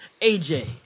AJ